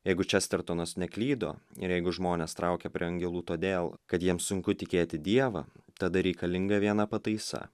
jeigu čestertonas neklydo ir jeigu žmones traukia prie angelų todėl kad jiems sunku tikėti dievą tada reikalinga viena pataisa